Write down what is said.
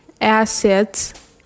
assets